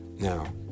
Now